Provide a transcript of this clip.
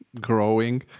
growing